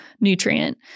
nutrient